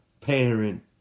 parent